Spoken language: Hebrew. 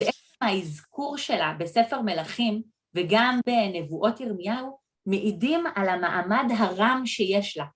‫ועצם האזכור שלה בספר מלאכים ‫וגם בנבואות ירמיהו ‫מעידים על המעמד הרם שיש לה.